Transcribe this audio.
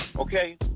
Okay